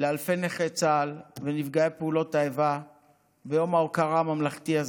אלפי נכי צה"ל ונפגעי פעולות האיבה ביום ההוקרה הממלכתי הזה,